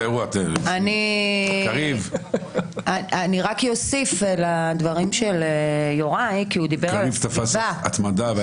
אני רק אוסיף לדברים של חבר הכנסת יוראי להב אמר,